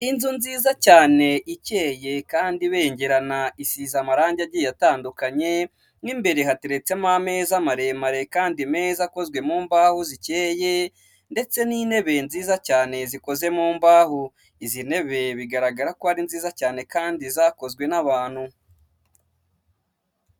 Inzu nziza cyane ikeye kandi ibengerana isize amarangi agiye atandukanye, mu imbere hateretsemo ameza maremare kandi meza akozwe mu mbahoho zikeye, ndetse n'intebe nziza cyane zikoze mu mbaho. Izi ntebe bigaragara ko ari nziza cyane kandi zakozwe n'abantu.